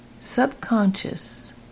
subconscious